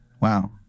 Wow